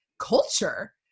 culture